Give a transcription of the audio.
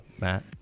Matt